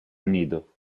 nido